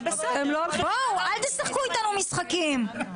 אל תשחקו אתנו משחקים.